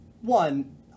one